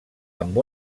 amb